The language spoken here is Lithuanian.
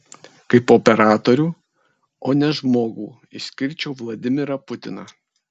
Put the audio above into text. kaip operatorių o ne žmogų išskirčiau vladimirą putiną